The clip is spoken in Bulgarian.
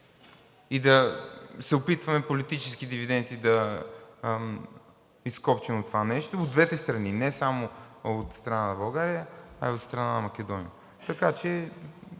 да изкопчим политически дивиденти от това нещо – от двете страни, не само от страна на България, а и от страна на Македония.